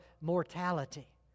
mortality